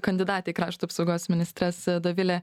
kandidatė į krašto apsaugos ministres dovilė